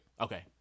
Okay